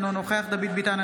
אינו נוכח דוד ביטן,